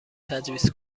تجویز